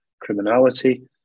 criminality